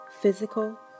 physical